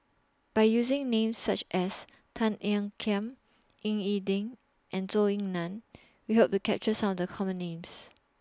By using Names such as Tan Ean Kiam Ying E Ding and Zhou Ying NAN We Hope to capture Some of The Common Names